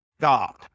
God